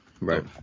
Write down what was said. right